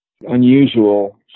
unusual